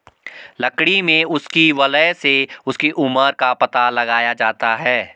लकड़ी में उसकी वलय से उसकी उम्र का पता लगाया जाता है